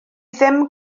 ddim